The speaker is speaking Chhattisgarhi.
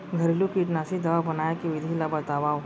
घरेलू कीटनाशी दवा बनाए के विधि ला बतावव?